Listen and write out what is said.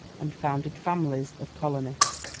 and founded families of colonists.